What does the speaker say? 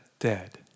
dead